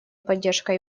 поддержка